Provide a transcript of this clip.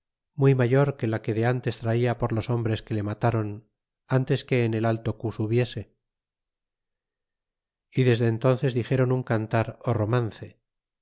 muy mayor que la que de ntes traia por los hombres que le mataron ntes que en el alto cu subiese y desde entónces dixéron un cantar ó romance